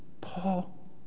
Paul